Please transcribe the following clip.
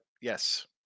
yes